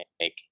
make